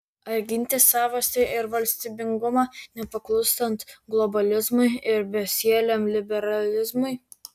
ar ginti savastį ir valstybingumą nepaklūstant globalizmui ir besieliam liberalizmui